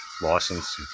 License